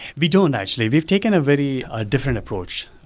we don't, actually. we've taken a very ah different approach,